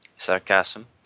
Sarcasm